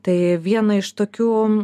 tai viena iš tokių